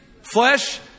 flesh